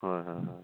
হয় হয় হয়